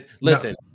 Listen